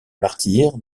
martyr